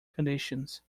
conditions